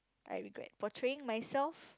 I regret portraying myself